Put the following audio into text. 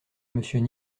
monsieur